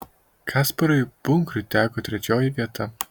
kasparui punkriui teko trečioji vieta